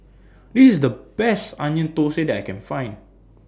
This IS The Best Onion Thosai that I Can Find